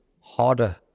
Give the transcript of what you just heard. harder